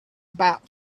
about